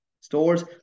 stores